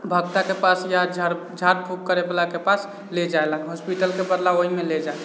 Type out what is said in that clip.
भगताके पास या झाड़ झाड़ फूँक करैवलाके पास लए जाइलक हॉस्पिटलके बदला ओहिमे ले जाइ